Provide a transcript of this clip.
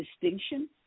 distinction